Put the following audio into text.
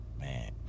man